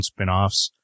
spinoffs